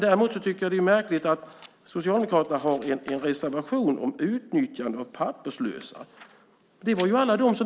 Däremot tycker jag att det är märkligt att Socialdemokraterna har en reservation om utnyttjande av papperslösa.